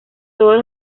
todos